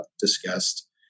discussed